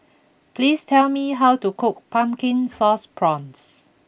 please tell me how to cook Pumpkin Sauce Prawns